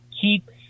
keep